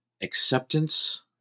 acceptance